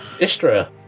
Istra